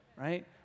right